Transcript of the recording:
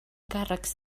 càrrecs